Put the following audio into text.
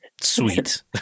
sweet